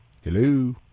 Hello